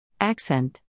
accent